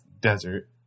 desert